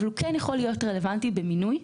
אבל הוא כן יכול להיות רלוונטי במינוי,